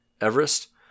Everest